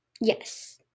yes